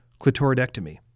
clitoridectomy